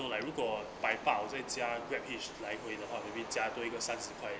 如果百八我在加 Grab Hitch 来回的话 maybe 加多一个三十块